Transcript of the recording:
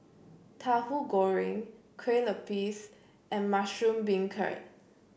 Tahu Goreng Kue Lupis and Mushroom Beancurd